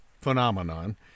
phenomenon